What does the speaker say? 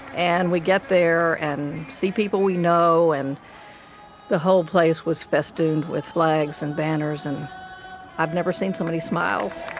and we get there and see people we know and the whole place was festooned with flags and banners and i've never seen so many smiles